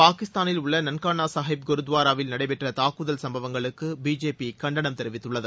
பாகிஸ்தானில் உள்ள நன்கானா சாஹிப் குருத்வாராவில் நடைபெற்ற தாக்குதல் சம்பவங்களுக்கு பிஜேபி கண்டனம் தெரிவித்துள்ளது